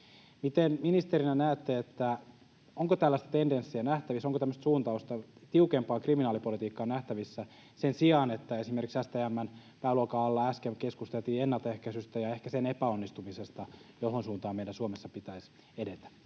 Miten ministerinä näette: onko tällaista tendenssiä nähtävissä, onko nähtävissä tämmöistä suuntausta tiukempaan kriminaalipolitiikkaan sen sijaan, että, kuten esimerkiksi STM:n pääluokan alla äsken, keskusteltaisiin ennaltaehkäisystä — ja ehkä sen epäonnistumisesta — johon suuntaan meidän Suomessa pitäisi edetä?